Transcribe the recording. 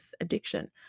addiction